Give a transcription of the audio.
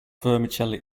vermicelli